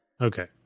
Okay